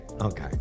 Okay